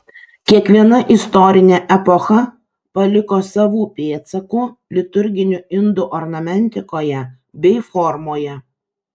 kiekviena istorinė epocha paliko savų pėdsakų liturginių indų ornamentikoje bei formoje